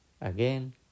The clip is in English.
again